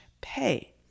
pay